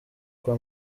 kwa